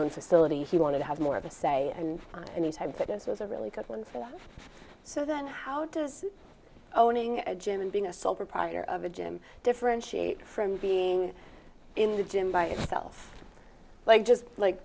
own facility he wanted to have more of a say in any type of this was a really good one for them so then how does owning a gym and being a sole proprietor of a gym differentiate from being in the gym by itself well i just like